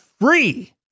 free